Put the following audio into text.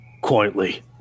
quietly